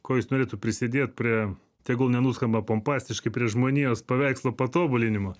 kuo jis norėtų prisidėt prie tegul nenuskamba pompastiškai prie žmonijos paveikslo patobulinimo